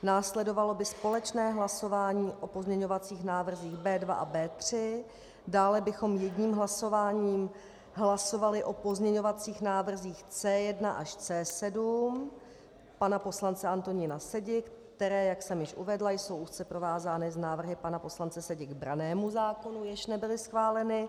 Následovalo by společné hlasování o pozměňovacích návrzích B2 a B3, dále bychom jedním hlasováním hlasovali o pozměňovacích návrzích C1 až C7 pana poslance Antonína Sedi, které, jak jsem již uvedla, jsou úzce provázány s návrhy pana poslance Sedi k brannému zákonu, jež nebyly schváleny.